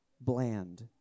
bland